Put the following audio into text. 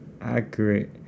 accurate